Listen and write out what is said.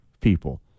people